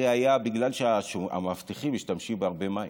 זה היה בגלל שהמאבטחים משתמשים בהרבה מים.